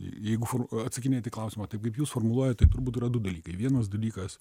jeigu atsakinėti į klausimą taip kaip jūs formuluojat tai turbūt yra du dalykai vienas dalykas